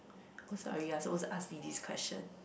oh sorry you're supposed to ask me this question